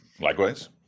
Likewise